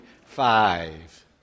five